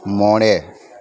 ᱢᱚᱬᱮ